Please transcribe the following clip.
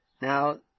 Now